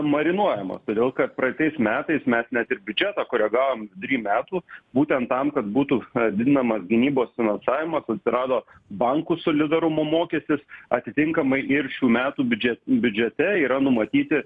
marinuojamas todėl kad praeitais metais mes net ir biudžetą koregavom vidury metų būtent tam kad būtų didinamas gynybos finansavimas atsirado bankų solidarumo mokestis atitinkamai ir šių metų biudže biudžete yra numatyti